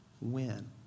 win